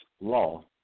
law